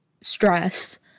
stress